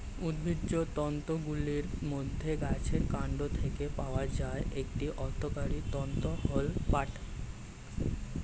উদ্ভিজ্জ তন্তুগুলির মধ্যে গাছের কান্ড থেকে পাওয়া একটি অর্থকরী তন্তু হল পাট